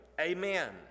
amen